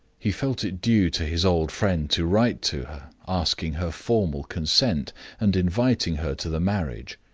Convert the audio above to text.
he felt it due to his old friend to write to her, asking her formal consent and inviting her to the marriage.